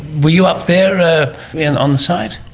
were you up there ah and on the site?